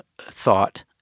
thought